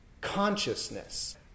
consciousness